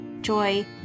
joy